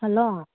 hello